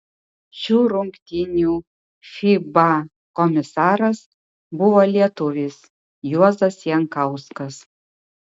šių rungtynių fiba komisaras buvo lietuvis juozas jankauskas